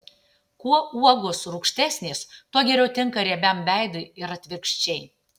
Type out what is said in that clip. kuo uogos rūgštesnės tuo geriau tinka riebiam veidui ir atvirkščiai